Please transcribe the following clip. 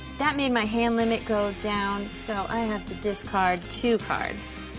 that made my hand limit go down so i have to discard two cards.